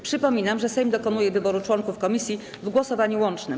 Przypominam, że Sejm dokonuje wyboru członków komisji w głosowaniu łącznym.